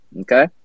okay